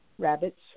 Rabbits